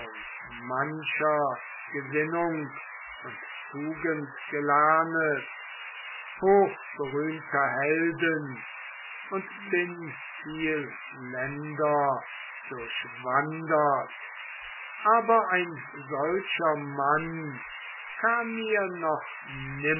mancher gesinnung und tugend gelernet hochberühmter helden und bin viel länder durchwandert aber ein solcher mann kam mir noch